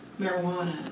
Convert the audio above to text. marijuana